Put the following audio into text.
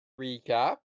recap